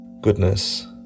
goodness